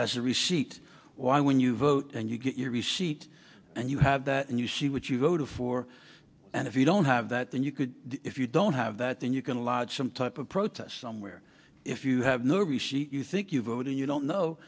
as a receipt why when you vote and you get your receipt and you have that and you see what you voted for and if you don't have that then you could if you don't have that then you can lodge some type of protest somewhere if you have no receipt you think you vote and you don't know